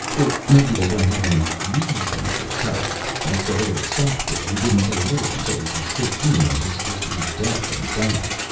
or maybe they don't have any reason to tell us, like the little scotch boy who didn't say a word until he was fifteen and was supposed to be deaf and dumb.